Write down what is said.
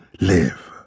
live